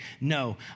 no